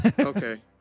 Okay